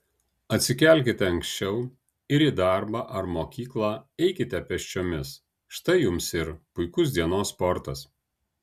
atsikelkite anksčiau ir į darbą ar mokyklą eikite pėsčiomis štai jums ir puikus dienos sportas